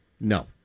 No